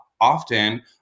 often